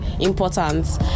important